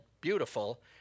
beautiful